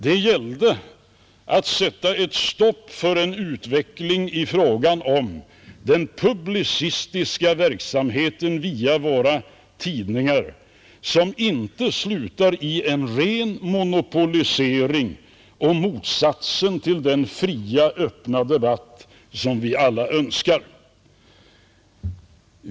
Det gällde att sätta ett stopp för en utveckling i fråga om publiceringsverksamheten via våra tidningar som skulle kunna sluta i en ren monopolisering — och motsatsen till den fria, öppna debatt som vi alla önskar.